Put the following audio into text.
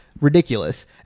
Ridiculous